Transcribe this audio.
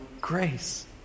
grace